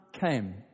came